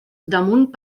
damunt